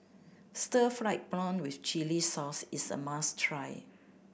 stir fried prawn with chili sauce is a must try